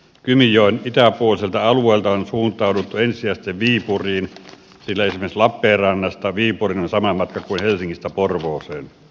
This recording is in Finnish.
kymijoen itäpuoliselta alueelta on suuntauduttu ensisijaisesti viipuriin sillä esimerkiksi lappeenrannasta viipuriin on sama matka kuin helsingistä porvooseen